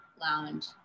lounge